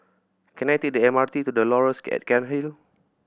can I take the M R T to The Laurels at Cairnhill